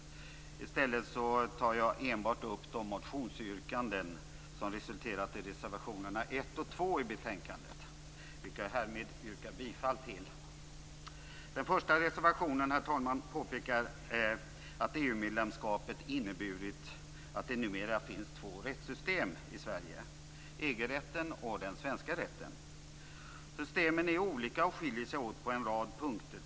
I stället tar jag enbart upp de motionsyrkanden som resulterat i reservationerna 1 och 2 i betänkandet, vilka jag härmed yrkar bifall till. Herr talman! Den första reservationen påpekar att EU-medlemskapet inneburit att det numera finns två rättssystem i Sverige, nämligen EG-rätten och den svenska rätten. Systemen är olika och skiljer sig åt på en rad punkter.